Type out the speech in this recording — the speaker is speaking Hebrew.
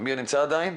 נמצא עדיין?